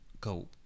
go